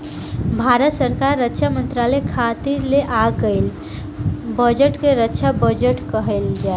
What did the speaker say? भारत सरकार रक्षा मंत्रालय खातिर ले आइल गईल बजट के रक्षा बजट कहल जाला